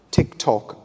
TikTok